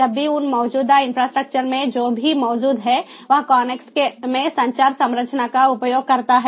जब भी उन मौजूदा इंफ्रास्ट्रक्चर में जो भी मौजूद है वह कोनेक्स में संचार संरचना का उपयोग करता है